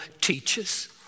teaches